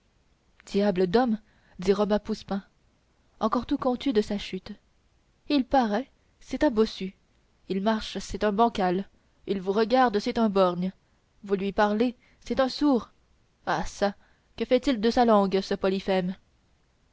diable d'homme dit robin poussepain encore tout contus de sa chute il paraît c'est un bossu il marche c'est un bancal il vous regarde c'est un borgne vous lui parlez c'est un sourd ah çà que fait-il de sa langue ce polyphème